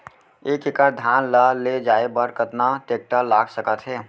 एक एकड़ धान ल ले जाये बर कतना टेकटर लाग सकत हे?